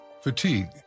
Fatigue